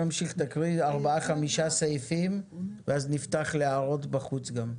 תקראי ארבעה-חמישה סעיפים, ואז נפתח להערות בחוץ.